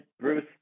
Bruce